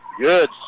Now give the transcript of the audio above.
Good